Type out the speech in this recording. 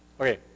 okay